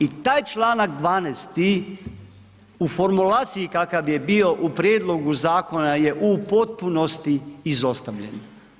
I taj čl. 12. u formulaciji kakav je bio u prijedlogu zakona je u potpunosti izostavljen.